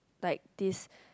like this